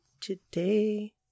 today